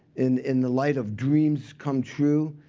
in in the light of dreams come true,